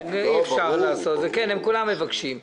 כולם מבקשים.